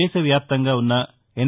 దేశ వ్యాప్తంగా ఉన్న ఎన్